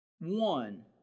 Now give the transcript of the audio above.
one